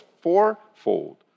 fourfold